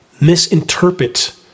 misinterpret